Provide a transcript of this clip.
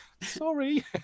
sorry